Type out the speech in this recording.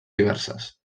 diverses